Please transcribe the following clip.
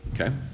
okay